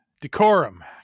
Decorum